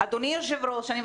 אין לי אפשרות